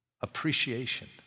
appreciation